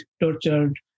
tortured